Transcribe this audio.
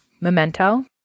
Memento